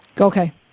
Okay